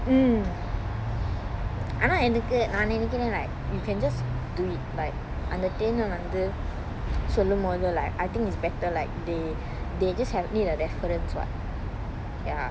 mmhmm ஆனா எனக்கு நான் நெனைக்குரன்:aana enakku naan nenaikkuran like you can just do it like அந்த:antha turn ah வந்து சொல்லும்போது:vanthu sollumpothu like I think it's better like they they just have need a reference [what]